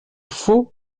faut